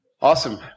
Awesome